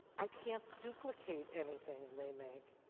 i can't duplicate anything they make.